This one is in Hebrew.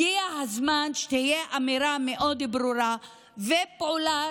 הגיע הזמן שתהיה אמירה ברורה מאוד ופעולה